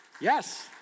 Yes